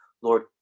Lord